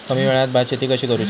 कमी वेळात भात शेती कशी करुची?